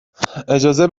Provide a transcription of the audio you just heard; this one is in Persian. اجازه